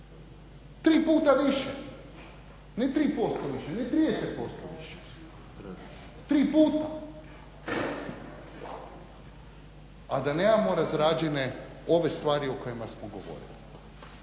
tri puta više, ne tri posto, ne trideset posto više, tri puta. A da nemamo razrađene ove stvari o kojima smo govorili.